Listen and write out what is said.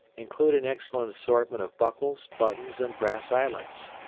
include an excellent assortment of buckles, buttons, and brass eyelets.